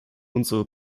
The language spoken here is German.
unsere